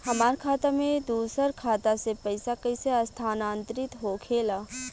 हमार खाता में दूसर खाता से पइसा कइसे स्थानांतरित होखे ला?